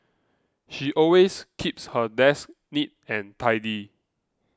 she always keeps her desk neat and tidy